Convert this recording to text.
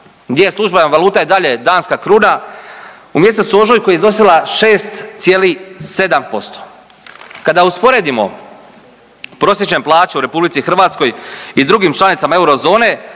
gdje je službena valuta i dalje danska kruna u mjesecu ožujku je iznosila 6,7%. Kada usporedimo prosječne plaće u RH i drugim članicama eurozone,